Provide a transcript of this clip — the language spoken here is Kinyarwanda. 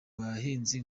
bahinzi